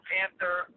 Panther